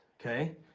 okay